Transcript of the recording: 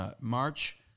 March